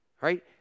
right